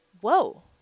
Whoa